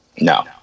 No